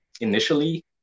Initially